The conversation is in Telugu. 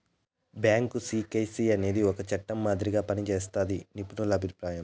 బ్యాంకు సీక్రెసీ అనేది ఒక చట్టం మాదిరిగా పనిజేస్తాదని నిపుణుల అభిప్రాయం